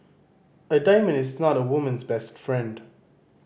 a diamond is not a woman's best friend